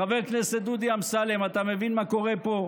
חבר הכנסת דודי אמסלם, אתה מבין מה קורה פה?